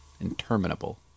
Interminable